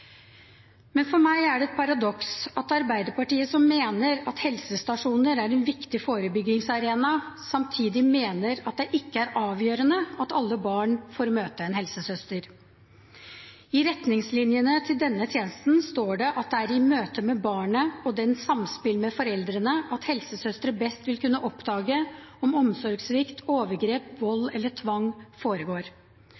For meg er det et paradoks at Arbeiderpartiet, som mener helsestasjonene er en viktig forebyggingsarena, samtidig mener at det ikke er avgjørende at alle barn får møte en helsesøster. I retningslinjene til denne tjenesten står det at det er i møte med barnet og dets samspill med foreldrene at helsesøster best vil kunne oppdage om omsorgssvikt, overgrep,